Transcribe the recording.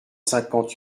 cinquante